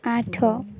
ଆଠ